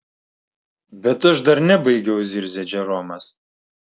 bet aš dar nebaigiau zirzė džeromas